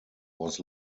was